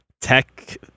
tech